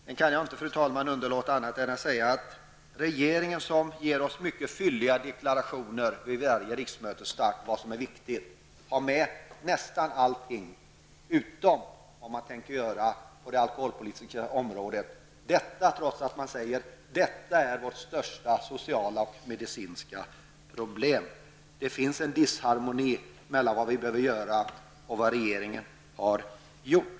Jag kan, fru talman, inte underlåta att säga följande: Regeringen, som ger oss fylliga deklarationer vid varje riksmötes start om vad som är viktigt, har med nästan allting utom vad man tänker göra på det alkoholpolitiska området. Ändå säger man att alkoholmissbruket är vårt största sociala och medicinska problem. Det finns en disharmoni mellan vad vi behöver göra och vad regeringen har gjort.